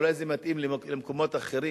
אולי זה מתאים למקומות אחרים,